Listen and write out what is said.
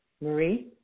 Marie